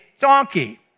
donkey